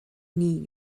nie